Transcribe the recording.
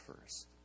first